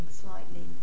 slightly